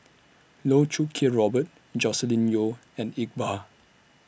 Loh Choo Kiat Robert Joscelin Yeo and Iqbal